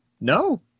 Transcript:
No